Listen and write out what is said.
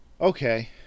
Okay